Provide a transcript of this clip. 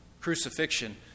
crucifixion